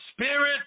spirit